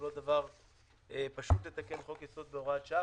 זה לא דבר פשוט לתקן חוק יסוד בהוראת שעה.